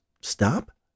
stop